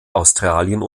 australien